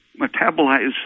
metabolize